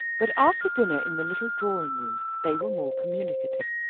but after dinner in the little drawing-room they were more communicative.